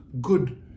good